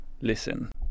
listen